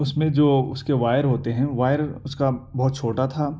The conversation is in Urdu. اس میں جو اس کے وایر ہوتے ہیں وایر اس کا بہت چھوٹا تھا